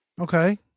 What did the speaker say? Okay